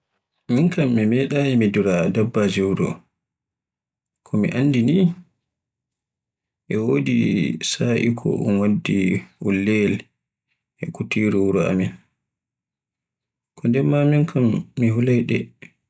Mi meɗaayi mi dura dabbaji wuru, ko mi anndi ni e wodi sa'i ko un waddi ulleyel e kutiiru wuri amin. Ko nden ma min kam mi hulai ɗe.